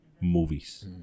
movies